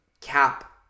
cap